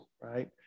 right